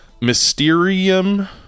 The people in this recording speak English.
Mysterium